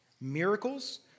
Miracles